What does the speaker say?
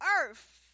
earth